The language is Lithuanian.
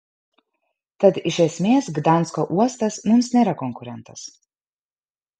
tad iš esmės gdansko uostas mums nėra konkurentas